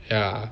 ya